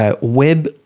web-